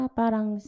parang